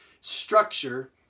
structure